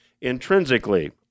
intrinsically